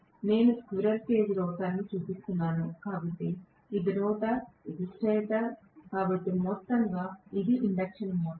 నేను squirrel cage rotor చూపిస్తున్నాను కాబట్టి ఇది రోటర్ ఇది స్టేటర్ కాబట్టి మొత్తంగా ఇది ఇండక్షన్ మోటర్